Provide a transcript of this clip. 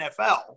NFL